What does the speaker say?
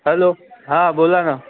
hello हां बोला ना